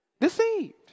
Deceived